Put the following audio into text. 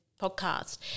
podcast